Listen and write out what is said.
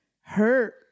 hurt